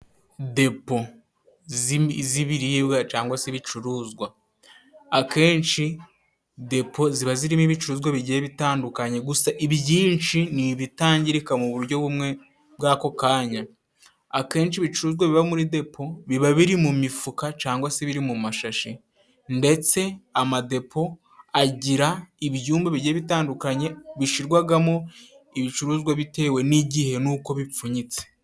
Depo z'ibiribwa cangwa se ibicuruzwa, akenshi depo ziba zirimo ibicuruzwa bigiye bitandukanye, gusa ibyinshi ni ibitangirika mu buryo bumwe bw'ako kanya. Akenshi ibicuruzwa biba muri depo biba biri mu mifuka cangwa se biri mu mashashi, ndetse amadepo agira ibyumba bigiye bitandukanye bishirwagamo ibicuruzwa bitewe n'igihe n'uko bipfunyitse.